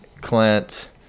Clint